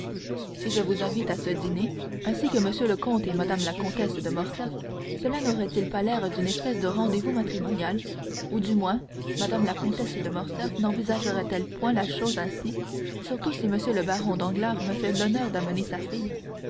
si je vous invite à ce dîner ainsi que m le comte et mme la comtesse de morcerf cela naura t il pas l'air d'une espèce de rendez-vous matrimonial ou du moins mme la comtesse de morcerf nenvisagera t elle point la chose ainsi surtout si m le baron danglars me fait l'honneur d'amener sa fille